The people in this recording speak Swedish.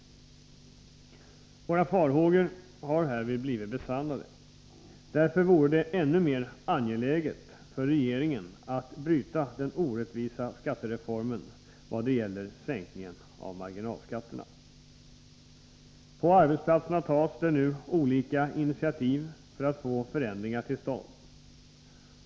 Våra farhågor härvidlag har blivit besannade. Därför vore det ännu mer angeläget för regeringen att bryta den orättvisa skattereformen vad det gäller sänkningen av marginalskatterna. På arbetsplatserna tas det olika initiativ för att få förändringar till stånd.